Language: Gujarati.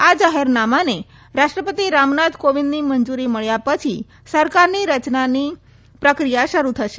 આ જાહેરનામાને રાષ્ટ્રપતિ રામનાથ કોવિંદની મંજૂરી મળ્યા પછી સરકારની રચનાની પ્રક્રિયા શરૂ થશે